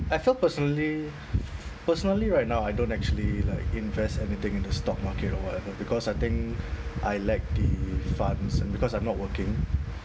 I feel personally personally right now I don't actually like invest anything in the stock market or whatever because I think I lack the funds and because I'm not working